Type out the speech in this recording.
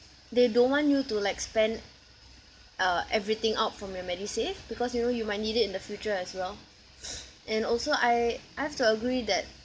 they don't want you to like spend uh everything out from your medisave because you know you might need it in the future as well and also I I have to agree that